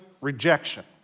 rejection